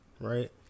Right